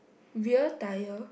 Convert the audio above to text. veer tyre